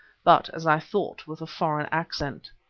but, as i thought, with a foreign accent.